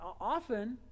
often